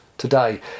today